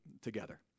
together